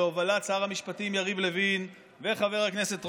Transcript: בהובלת שר המשפטים יריב לוין וחבר הכנסת רוטמן,